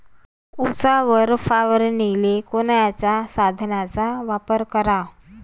उसावर फवारनीले कोनच्या साधनाचा वापर कराव?